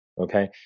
okay